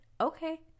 okay